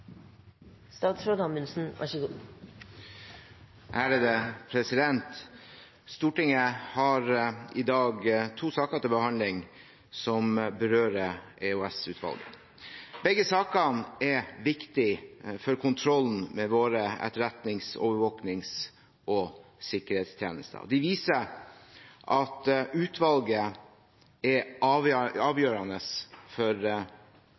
Stortinget har i dag to saker til behandling som berører EOS-utvalget. Begge sakene er viktige for kontrollen med vår etterretnings-, overvåkings- og sikkerhetstjeneste. De viser at utvalget er avgjørende for